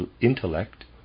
intellect